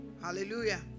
hallelujah